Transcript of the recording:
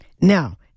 now